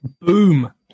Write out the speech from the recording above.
Boom